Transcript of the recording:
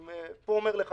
אני אומר לך